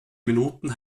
minuten